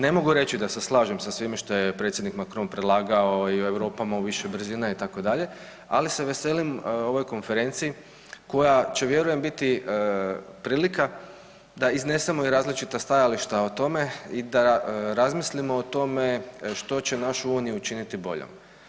Ne mogu reći da se slažem sa svime što je predsjednik Macrton predlagao i o Europa u više brzina itd., ali se veselim ovoj Konferenciji, koja će, vjerujem, biti prilika da iznesemo i različita stajališta o tome i da razmislimo o tome što će našu uniju učiniti boljom.